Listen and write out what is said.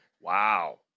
wow